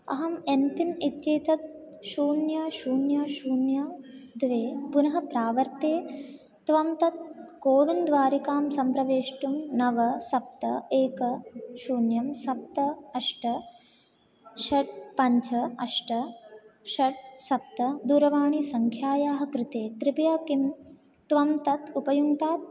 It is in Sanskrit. अहम् एम्पिन् इत्येतत् शुन्य शून्य शून्य द्वे पुनः प्रावर्ते त्वं तत् कोविन् द्वारिकां सम्प्रवेष्टुं नव सप्त एक शून्यं सप्त अष्ट षट् पञ्च अष्ट षट् सप्त दूरवाणीसङ्ख्यायाः कृते कृपया किं त्वं तत् उपयुङ्क्तात्